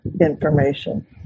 information